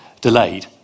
delayed